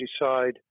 decide